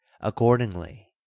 ACCORDINGLY